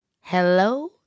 Hello